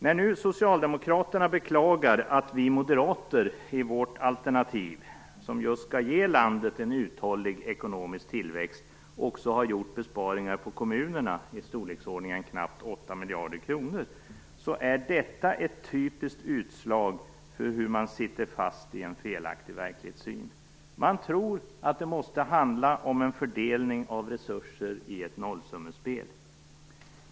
När nu Socialdemokraterna beklagar att vi moderater i vårt alternativ, som just skall ge landet en uthållig ekonomisk tillväxt, också har gjort besparingar på kommunerna i storleksordningen knappt 8 miljarder kronor är detta ett typiskt utslag för hur man sitter fast i en felaktig verklighetssyn. Man tror att det måste handla om en fördelning av resurser i ett nollsummespel.